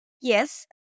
Yes